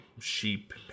sheep